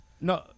No